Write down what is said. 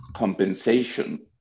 compensation